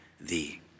thee